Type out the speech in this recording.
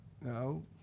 No